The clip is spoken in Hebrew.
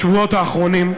בשבועות האחרונים.